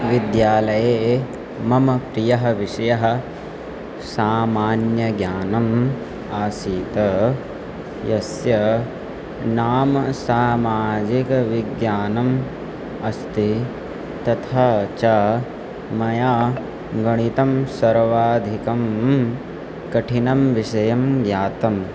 विद्यालये मम प्रियः विषयः सामान्यज्ञानम् आसीत् यस्य नाम सामाजिकविज्ञानम् अस्ति तथा च मया गणितं सर्वाधिकं कठिनं विषयं ज्ञातं